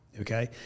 Okay